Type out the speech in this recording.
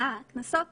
הקנסות